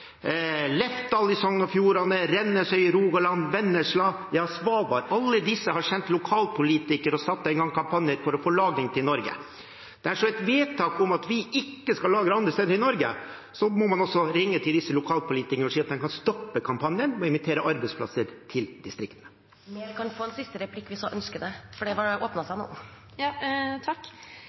Lefdal i Sogn og Fjordane, Rennesøy i Rogaland, Vennesla, ja Svalbard, har alle sendt lokalpolitikere og satt i gang kampanjer for å få lagring til Norge. Dersom det blir et vedtak om at vi ikke skal lagre andre steder enn i Norge, må vi også ringe disse lokalpolitikerne og si at de kan stoppe kampanjen for å invitere arbeidsplasser til distriktene. Det er ikke sånn at vi ikke skal lagre noe data i utlandet. Regjeringen åpner jo for lagring av data i utlandet. Det